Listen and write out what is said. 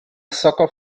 sucker